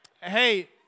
Hey